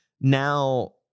now